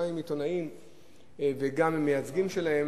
גם עם עיתונאים וגם עם מייצגים שלהם,